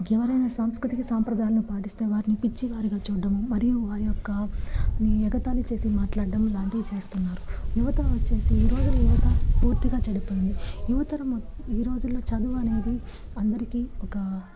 ఇంక ఎవరైనా సాంస్కృతిక సాంప్రదాయాలు పాటిస్తే వారిని పిచ్చివారిగా చూడడం మరియు వారి యొక్క ని ఎగతాళి చేసి మాట్లాడ్డం ఇలాంటివి చేస్తున్నారు యువత వచ్చేసి ఈ రోజుల్లో యువత పూర్తిగా చెడిపోయింది యువతరం ఈ రోజుల్లో చదువు అనేది అందరికి ఒక